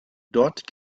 dort